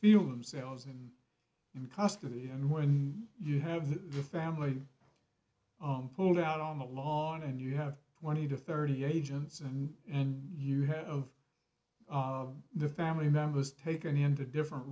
feel themselves in in custody and when you have the family i'm pulled out on the law and you have twenty to thirty agents and and you have of of the family members taken into different